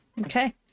Okay